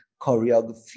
choreography